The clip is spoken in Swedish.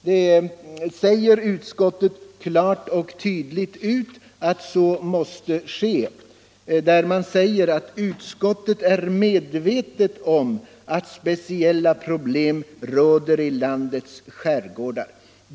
Detta säger utskottet klart och tydligt: ”Utskottet är medvetet om att speciella problem råder i landets skärgårdar.